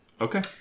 Okay